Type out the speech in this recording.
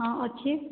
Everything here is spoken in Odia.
ହଁ ଅଛି